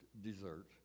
dessert